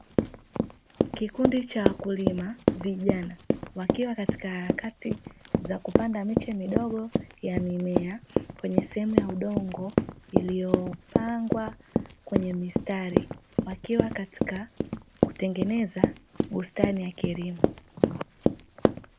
Kikundi cha wakulima vijana, wakiwa katika harakati za kupanda miti midogo ya mimea, kwenye sehemu ya udongo iliyopangwa kwenye mistari, wakiwa katika kutengeneza bustani ya kilimo.